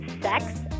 sex